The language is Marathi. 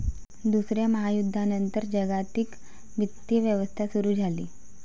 दुसऱ्या महायुद्धानंतर जागतिक वित्तीय व्यवस्था सुरू झाली